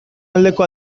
aldeko